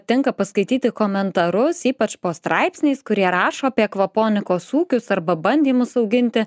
tinka paskaityti komentarus ypač po straipsniais kurie rašo apie akvoponikos ūkius arba bandymus auginti